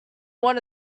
want